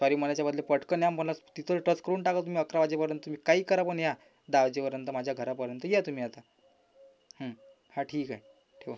sorry म्हणायच्या बदले पटकन या मलास तिथं टस करून टाका तुम्ही अकरा वाजेपर्यंत तुम्ही काही करा पण या दहा वाजेपर्यंत माझ्या घरापर्यंत या तुम्ही आता हां ठीक आहे ठेवा